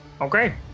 Okay